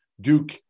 Duke